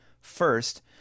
First